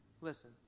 Listen